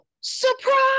Surprise